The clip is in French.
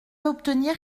obtenir